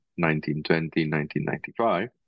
1920-1995